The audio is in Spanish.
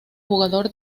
jugador